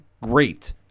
great